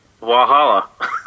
Wahala